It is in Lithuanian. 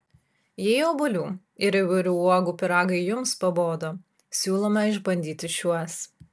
jei obuolių ir įvairių uogų pyragai jums pabodo siūlome išbandyti šiuos